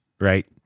Right